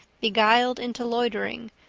beguiled into loitering,